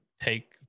take